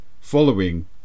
following